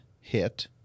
hit